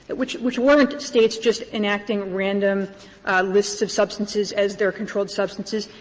but which which weren't states just enacting random lists of substances as their controlled substances.